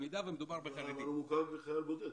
מדובר בחייל בודד.